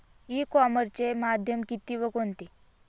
E कॉमर्सचे माध्यम किती व कोणते?